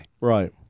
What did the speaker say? Right